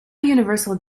universal